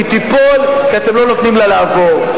היא תיפול כי אתם לא נותנים לה לעבור.